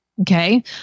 Okay